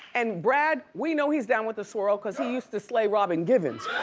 and brad, we know he's down with the swirl cause he used to slay robin givens.